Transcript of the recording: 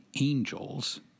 angels